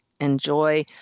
enjoy